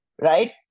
right